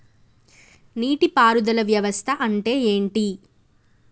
నీటి పారుదల వ్యవస్థ అంటే ఏంటి?